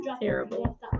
terrible